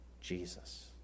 Jesus